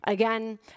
Again